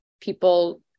people